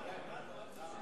ירדנו.